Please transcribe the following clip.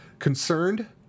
concerned